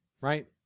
right